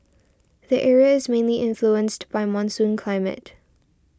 the area is mainly influenced by monsoon climate